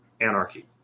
anarchy